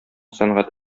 сәнгать